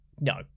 no